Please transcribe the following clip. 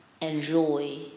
enjoy